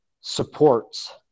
supports